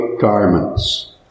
garments